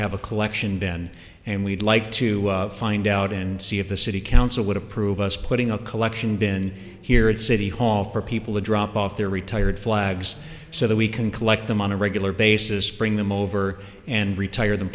have a collection then and we'd like to find out and see if the city council would approve us putting a collection been here at city hall for people to drop off their retired flags so that we can collect them on a regular basis bring them over and retire them